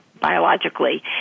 biologically